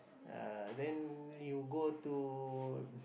uh then you go to